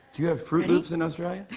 do you have froot loops in australia?